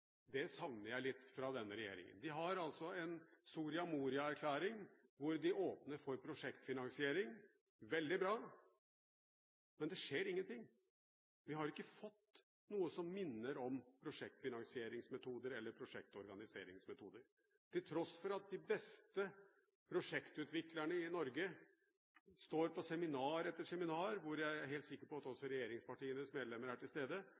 Det savner jeg litt fra denne regjeringen. De har altså en Soria Moria-erklæring hvor de åpner for prosjektfinansiering – veldig bra – men det skjer ingenting. Vi har ikke fått noe som minner om prosjektfinansieringsmetoder eller prosjektorganiseringsmetoder, til tross for at de beste prosjektutviklerne i Norge står på seminar etter seminar – hvor jeg er helt sikker på at også regjeringspartienes medlemmer er til stede